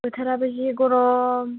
बोथोराबो जि गरम